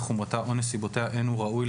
חומרתה או נסיבותיה אין הוא ראוי,